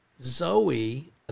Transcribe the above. Zoe